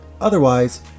Otherwise